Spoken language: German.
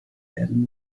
werden